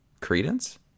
Credence